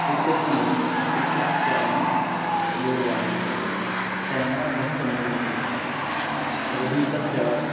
इत्यस्मिन् इत्यस्यां दूरवाण्यां केमरा बहुसम्यक् रूपेण प्रचलति यतोहि तस्य